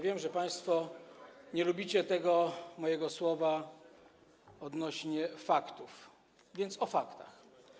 Wiem, że państwo nie lubicie tego mojego słowa odnośnie do faktów, więc o faktach.